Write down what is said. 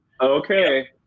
Okay